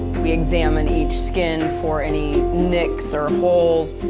we examine each skin for any nicks or holes,